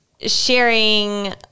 sharing